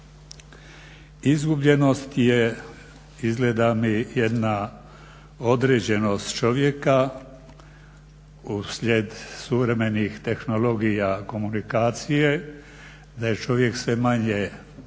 Izgubljenost je izgleda mi jedna određenost čovjeka uslijed suvremenih tehnologija komunikacije da je čovjek sve manje prisutan